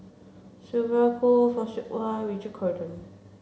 Sylvia Kho Fock Siew Wah Richard Corridon